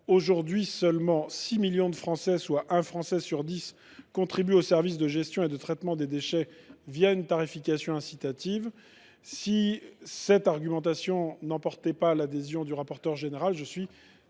Aujourd’hui, seulement 6 millions de Français, soit un Français sur dix, contribuent au service de gestion et de traitement des déchets une tarification incitative. Si cette argumentation n’emporte pas votre adhésion, monsieur le rapporteur général, il